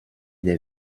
der